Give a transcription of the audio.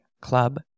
Club